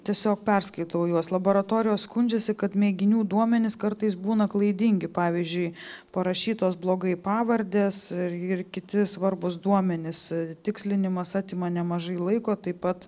tiesiog perskaitau juos laboratorijos skundžiasi kad mėginių duomenys kartais būna klaidingi pavyzdžiui parašytos blogai pavardės ir ir kiti svarbūs duomenys tikslinimas atima nemažai laiko taip pat